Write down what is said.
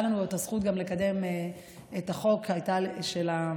הייתה לנו הזכות גם לקדם את החוק של יחסי